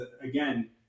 again